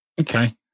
Okay